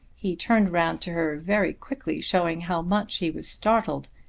he turned round to her very quickly, showing how much he was startled.